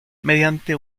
mediante